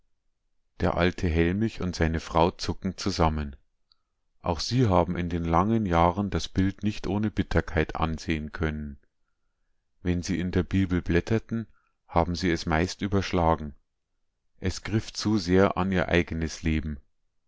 der alte hellmich und seine frau zucken zusammen auch sie haben in den langen jahren das bild nicht ohne bitterkeit ansehen können wenn sie in der bibel blätterten haben sie es meist überschlagen es griff zu sehr an ihr eigenes leben